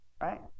right